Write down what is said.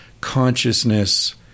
consciousness